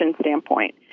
standpoint